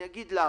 אני אסביר למה.